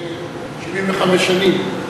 75 שנים.